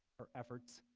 her efforts